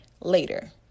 later